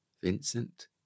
Vincent